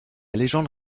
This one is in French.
légende